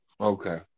Okay